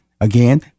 Again